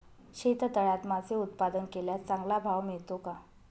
शेततळ्यात मासे उत्पादन केल्यास चांगला भाव मिळतो का?